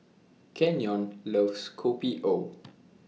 Kenyon loves Kopi O